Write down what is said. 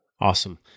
Awesome